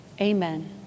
Amen